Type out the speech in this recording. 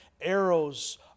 Arrows